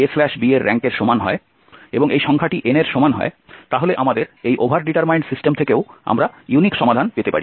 b এর র্যাঙ্কের সমান হয় এবং এই সংখ্যাটি n এর সমান হয় তাহলে আমাদের এই ওভার ডিটারমাইন্ড সিস্টেম থেকেও আমরা ইউনিক সমাধান পেতে পারি